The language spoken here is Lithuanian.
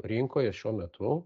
rinkoje šiuo metu